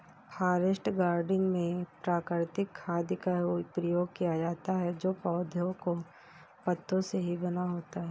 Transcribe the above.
forest gardening में प्राकृतिक खाद का ही प्रयोग किया जाता है जो पौधों के पत्तों से ही बना होता है